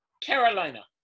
Carolina